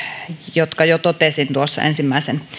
jotka jo totesin ensimmäisen